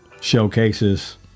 showcases